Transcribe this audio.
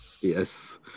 Yes